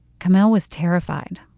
kamel was terrified.